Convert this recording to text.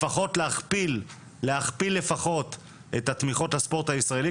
לפחות להכפיל את התמיכות בספורט הישראלי,